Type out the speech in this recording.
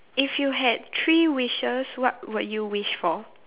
if you had three wishes what would you wish for